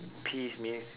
peeves means